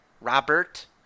Robert